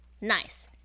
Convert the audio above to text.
nice